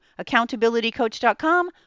accountabilitycoach.com